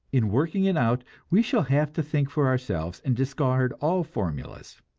in working it out, we shall have to think for ourselves, and discard all formulas.